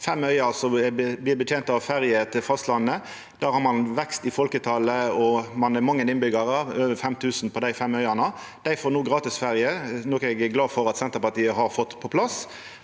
fem øyar som blir betente av ferje til fastlandet. Der har ein vekst i folketalet og mange innbyggjarar; det bur over 5 000 på dei fem øyane. Dei får no gratis ferje, noko eg er glad for at Senterpartiet har fått på plass.